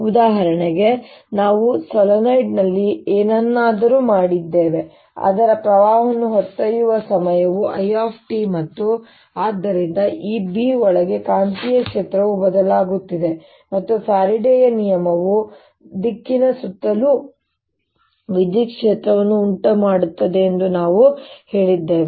ಉದಾಹರಣೆಗೆ ನಾವು ಸೊಲೆನಾಯ್ಡ್ನಲ್ಲಿ ಏನನ್ನಾದರೂ ಮಾಡಿದ್ದೇವೆ ಅದರ ಪ್ರವಾಹವನ್ನು ಹೊತ್ತೊಯ್ಯುವ ಸಮಯವು Iಮತ್ತು ಆದ್ದರಿಂದ ಈ B ಒಳಗೆ ಕಾಂತೀಯ ಕ್ಷೇತ್ರವು ಬದಲಾಗುತ್ತಿದೆ ಮತ್ತು ಫ್ಯಾರಡೆಯ ನಿಯಮವು ದಿಕ್ಕಿನ ಸುತ್ತಲೂ ವಿದ್ಯುತ್ ಕ್ಷೇತ್ರವನ್ನು ಉಂಟುಮಾಡುತ್ತದೆ ಎಂದು ನಾವು ಹೇಳಿದ್ದೇವೆ